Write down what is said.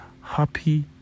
happy